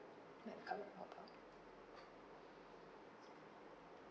my current mobile